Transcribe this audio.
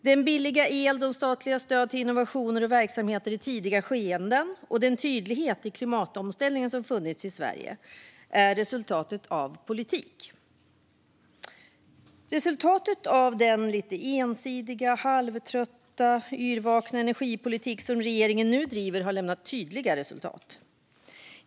Den billiga elen, de statliga stöden till innovationer och verksamheter i tidiga skeden och den tydlighet i klimatomställningen som funnits i Sverige är resultatet av politik. Men resultatet av den lite ensidiga, halvtrötta och yrvakna politik som regeringen nu driver har lämnat tydliga resultat.